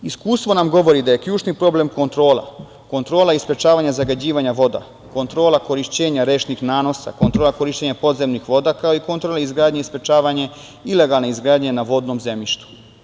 Iskustvo nam govori da je ključni problem kontrola, kontrola i sprečavanje zagađivanja voda, kontrola korišćenja rečnih nanosa, kontrola korišćenja podzemnih voda, kao i kontrola izgradnje i sprečavanje ilegalne izgradnje na vodnom zemljištu.